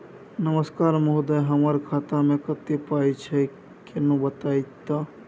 नमस्कार महोदय, हमर खाता मे कत्ते पाई छै किन्ने बताऊ त?